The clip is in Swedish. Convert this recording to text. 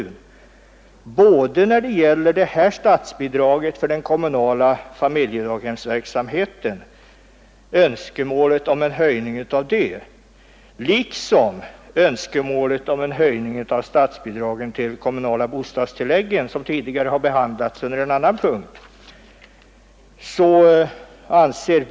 Denna utredning skall ta upp önskemålen både om en höjning av bidragen för den kommunala familjedaghemsverksamheten och en höjning av statsbidragen till de kommunala bostadstilläggen, som behandlats under en annan punkt här tidigare.